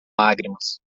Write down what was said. lágrimas